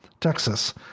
Texas